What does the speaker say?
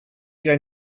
going